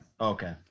Okay